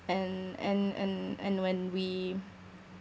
and and and and when we